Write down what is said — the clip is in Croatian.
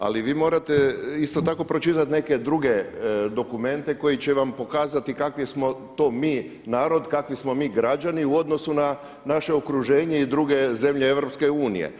Ali vi morate isto tako pročitati neke druge dokumente koji će vam pokazati kakvi smo to mi narod, kakvi smo mi građani u odnosu na naše okruženje i druge zemlje EU.